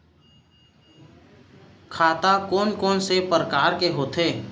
खाता कोन कोन से परकार के होथे?